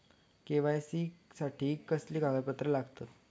KYC साठी कसली कागदपत्र लागतत?